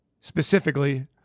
specifically